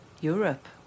Europe